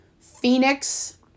Phoenix